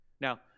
Now